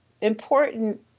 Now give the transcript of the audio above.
important